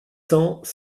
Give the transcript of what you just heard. cents